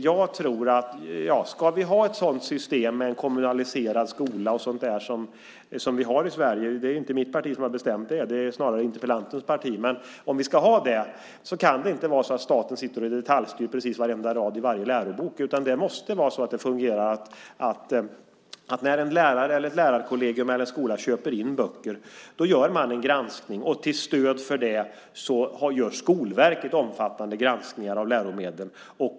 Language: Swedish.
Om vi ska ha ett system med kommunaliserad skola, så som det är i Sverige - det är inte mitt parti som har bestämt det utan snarare interpellantens parti - kan staten inte detaljstyra varenda rad i varenda lärobok. Granskningen måste göras av dem som köper in böcker - en lärare, ett lärarkollegium eller en skola - och till stöd för det gör Skolverket omfattande granskningar av läromedlen.